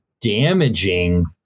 damaging